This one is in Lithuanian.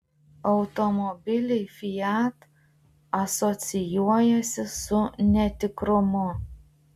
automobiliai fiat asocijuojasi su netikrumu